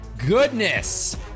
goodness